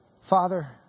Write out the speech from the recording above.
Father